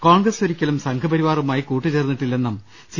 കോൺഗ്രസ് ഒരിക്കലും സംഘപരിവാറു മായി കൂട്ടുചേർന്നിട്ടില്ലെന്നും സി